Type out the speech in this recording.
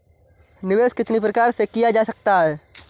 निवेश कितनी प्रकार से किया जा सकता है?